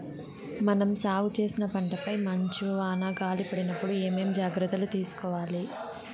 మనం సాగు చేసిన పంటపై మంచు, వాన, గాలి పడినప్పుడు ఏమేం జాగ్రత్తలు తీసుకోవల్ల?